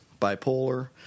bipolar